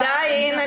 אבל עדיין,